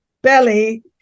belly